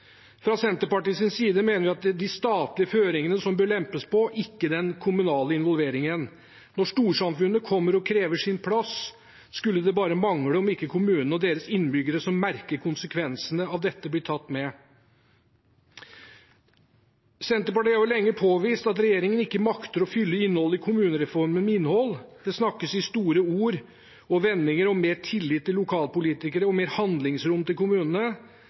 side mener vi at det er de statlige føringene som bør lempes på, ikke den kommunale involveringen. Når storsamfunnet kommer og krever sin plass, skulle det bare mangle om ikke kommunene og deres innbyggere som merker konsekvensene av dette, blir tatt med. Senterpartiet har lenge påvist at regjeringen ikke makter å fylle kommunereformen med innhold. Det snakkes i store ord og vendinger om mer tillit til lokalpolitikere og mer handlingsrom til kommunene,